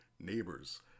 neighbors